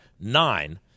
nine